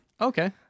Okay